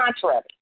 contrary